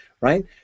right